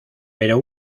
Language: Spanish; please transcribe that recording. pero